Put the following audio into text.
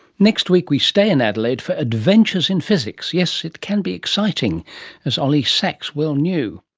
next week we stay in adelaide for adventures in physics yes it can be exciting as ollie sacks well knew.